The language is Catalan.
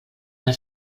per